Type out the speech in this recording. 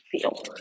feel